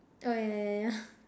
oh yeah yeah yeah